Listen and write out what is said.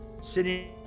sitting